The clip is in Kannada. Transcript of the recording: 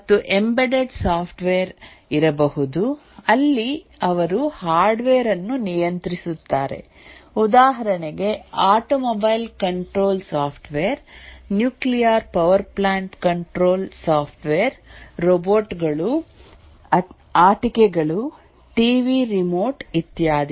ಮತ್ತು ಎಂಬೆಡೆಡ್ ಸಾಫ್ಟ್ವೇರ್ ಇರಬಹುದು ಅಲ್ಲಿ ಅವರು ಹಾರ್ಡ್ವೇರ್ ಅನ್ನು ನಿಯಂತ್ರಿಸುತ್ತಾರೆ ಉದಾಹರಣೆಗೆ automobile control software nuclear power plant control software robot ಗಳು ಆಟಿಕೆಗಳು ಟಿವಿ ರಿಮೋಟ್ ಇತ್ಯಾದಿ